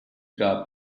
gab